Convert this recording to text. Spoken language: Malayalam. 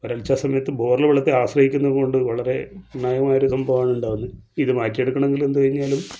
വരൾച്ച സമയത്ത് ബോറിലെ വെള്ളത്തെ ആശ്രയിക്കുന്നത് കൊണ്ട് വളരെ സംഭവമാണുണ്ടാകുന്നത് ഇത് മാറ്റിയെടുക്കണമെങ്കിൽ എന്തെങ്കിലും